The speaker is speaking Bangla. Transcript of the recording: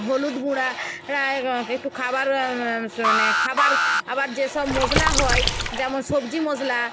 হলুদ গুঁড়ো একটু খাবার মানে খাবার আবার যে সব মশলা হয় যেমন সবজি মশলা